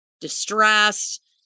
distressed